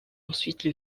ensuite